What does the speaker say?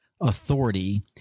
authority